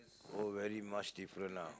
oh very much different now